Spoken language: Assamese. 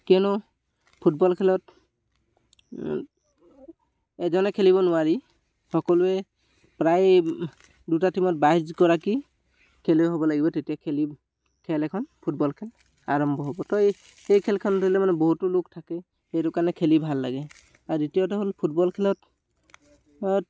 কিয়নো ফুটবল খেলত এজনে খেলিব নোৱাৰি সকলোৱে প্ৰায় দুটা টিমত বাইছগৰাকী খেলুৱৈ হ'ব লাগিব তেতিয়া খেলি খেল এখন ফুটবল খেল আৰম্ভ হ'ব তো এই এই খেলখন ধৰিলে মানে বহুতো লোক থাকে সেইটো কাৰণে খেলি ভাল লাগে আৰু দ্বিতীয়তে হ'ল ফুটবল খেলত